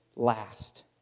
last